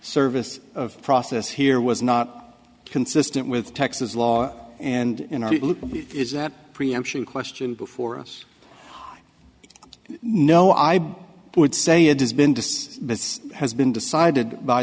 service of process here was not consistent with texas law and is that preemption question before us no i would say it has been d